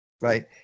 right